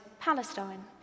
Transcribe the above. Palestine